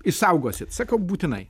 išsaugosit sakau būtinai